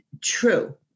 True